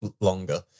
longer